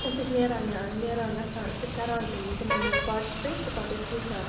أسۍ ٲسۍ نیران ٲں نیران گَژھان أسۍ ٲسۍ کَران تِم تِمَن مَنٛز پارٹسِپیٹ تہٕ پَتہٕ ٲسۍ ہیٚچھان